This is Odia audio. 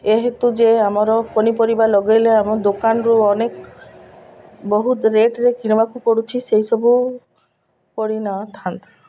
ଏହେତୁ ଯେ ଆମର ପନିପରିବା ଲଗେଇଲେ ଆମ ଦୋକାନରୁ ଅନେକ ବହୁତ ରେଟ୍ରେ କିଣିବାକୁ ପଡ଼ୁଛି ସେଇସବୁ ପଡ଼ିନଥାନ୍ତା